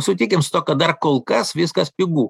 sutikim su tuo kad dar kol kas viskas pigu